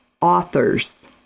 authors